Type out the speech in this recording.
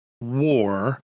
war